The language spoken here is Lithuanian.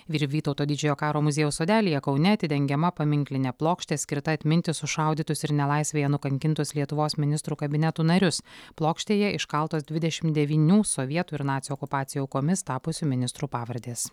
ir vytauto didžiojo karo muziejaus sodelyje kaune atidengiama paminklinė plokštė skirta atminti sušaudytus ir nelaisvėje nukankintus lietuvos ministrų kabinetų narius plokštėje iškaltos dvidešimt devynių sovietų ir nacių okupacijų aukomis tapusių ministrų pavardės